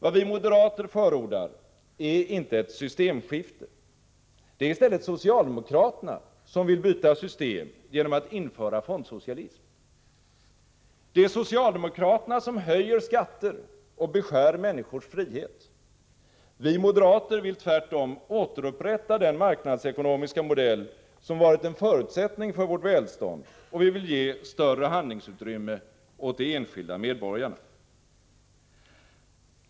Vad vi moderater förordar är inte ett systemskifte. Det är i stället socialdemokraterna som vill byta system genom att införa fondsocialism. Det är socialdemokraterna som höjer skatter och beskär människors frihet. Vi moderater vill tvärtom återupprätta den marknadsekonomiska modell som varit en förutsättning för vårt välstånd, och vi vill ge större handlingsutrymme åt de enskilda medborgarna.